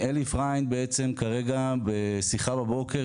אלי פריינד בשיחה בבוקר,